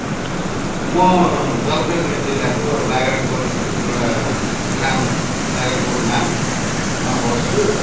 म जलपाइगुडी जिल्लाको बाग्रागोट एउटा ग्राम बाग्रागोट नाममा बस्छु